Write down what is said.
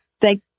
Thank